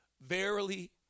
verily